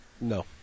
No